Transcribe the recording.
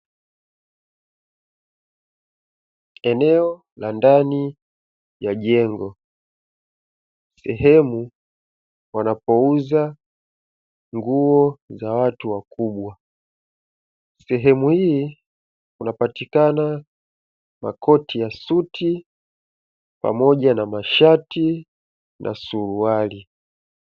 Eneo la ndani ya jengo, sehemu wanapouza nguo za watu wakubwa. Sehemu hii kunapatikana makoti ya suti, pamoja na mashati na suruali.